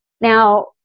Now